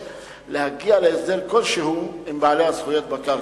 להגיע להסדר כלשהו עם בעלי הזכויות בקרקע.